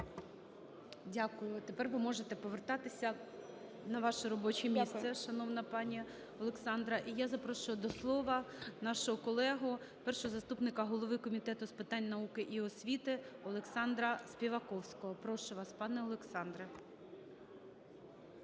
Дякую. Тепер ви можете повертатися на ваше робоче місце, шановна пані Олександра. ЧУРКІНА О.І. Дякую. ГОЛОВУЮЧИЙ. І я запрошую до слова нашого колегу першого заступника голови Комітету з питань науки і освіти – Олександра Співаковського. Прошу вас, пане Олександре.